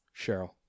Cheryl